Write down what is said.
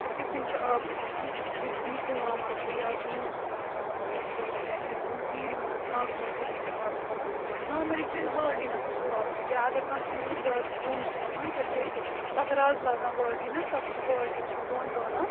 أسۍ کِتھ کَنۍ چھِ آب کھالان کہِ کُنہِ کُںٛوا منٛزٕ یا کُنہِ وَنو أسۍ یہ یَتھ کیٖرِ منٛزٕ ناگہٕ منٛز کِتھ کَںۍ چھِ آب کھالان نارمٔلی چھِ أسۍ بالٹیٖنو سۭتۍ کھالان یا اگر کانٛہہ کیوٗر زیادٕ بۄن چھِ آسان تیٚلہِ چھِ أسۍ تَتھ رَز لاگان بالٹیٖنَس تَتھ سُہ بالٹیٖن چھِ بۄن والان